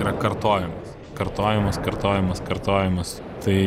yra kartojimas kartojimas kartojimas kartojimas tai